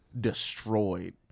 destroyed